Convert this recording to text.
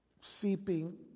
seeping